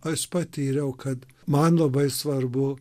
aš patyriau kad man labai svarbu